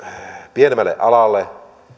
pienemmälle alalle